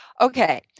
Okay